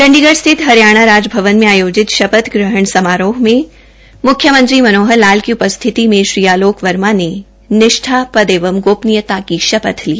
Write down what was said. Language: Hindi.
चंडीगढ़ स्थित हरियाणा राजभवन में आयोजित शपथ समारोह में मुख्यमंत्री मनोहर लाल की उपस्थिति में श्री आलोक वर्मा ने निष्ठा पद एवं गोपनीयता की श्पथ ली